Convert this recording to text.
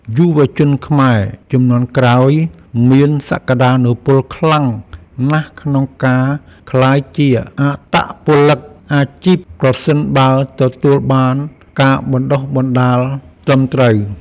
យុវជនខ្មែរជំនាន់ក្រោយមានសក្ដានុពលខ្លាំងណាស់ក្នុងការក្លាយជាអត្តពលិកអាជីពប្រសិនបើទទួលបានការបណ្ដុះបណ្ដាលត្រឹមត្រូវ។